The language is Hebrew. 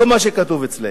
לא מה שכתוב אצלנו.